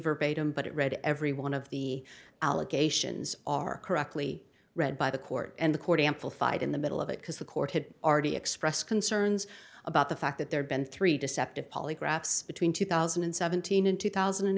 verbatim but it read every one of the allegations are correctly read by the court and the court amplified in the middle of it because the court had already expressed concerns about the fact that there'd been three deceptive polygraphs between two thousand and seventeen in two thousand and